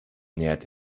nähert